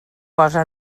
posa